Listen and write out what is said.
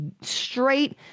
straight